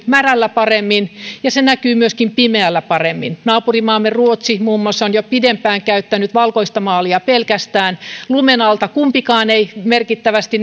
märällä paremmin ja se näkyy myöskin pimeällä paremmin naapurimaamme ruotsi muun muassa on jo pidempään käyttänyt pelkästään valkoista maalia lumen alta kumpikaan ei merkittävästi